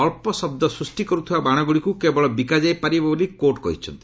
ଅଳ୍ପ ଶବ୍ଦ ସୃଷ୍ଟି କରୁଥିବା ବାଣଗୁଡ଼ିକୁ କେବଳ ବିକାଯାଇ ପାରିବ ବୋଲି କୋର୍ଟ କହିଛନ୍ତି